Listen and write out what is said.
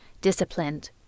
disciplined